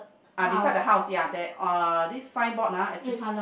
ah beside the house ya there uh this signboard ah actually